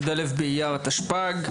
י"א באייר התשפ"ג,